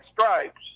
stripes